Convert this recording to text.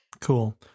Cool